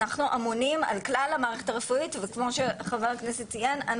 אנחנו אמונים על כלל המערכת הרפואית וכמו שחבר הכנסת ציין,